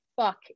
fuck